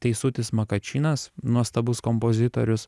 teisutis makačinas nuostabus kompozitorius